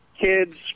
kids